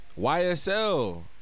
YSL